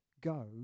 Go